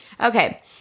Okay